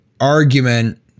argument